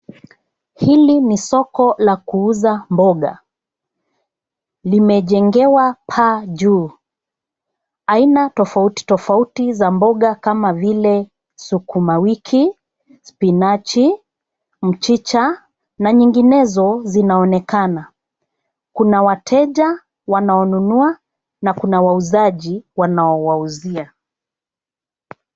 Hili ni soko la kuuza mboga. Limejengewa paa juu. Aina tofauti tofauti za mboga kama vile sukumawiki, spinachi, mchicha, na nyinginezo zinaonekana. Kuna wateja wanaonunua, na kuna wauzaji wanaowauzia.